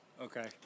Okay